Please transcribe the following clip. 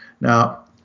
Now